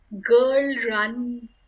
girl-run